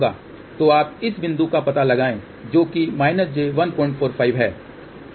तो आप इस बिंदु का पता लगाएं जो कि j145 है